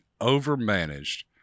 overmanaged